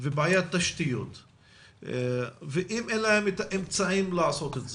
ובעיית תשתיות ואם אין להם את האמצעים לעשות את זה,